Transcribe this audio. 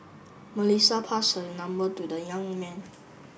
Melissa passed her number to the young man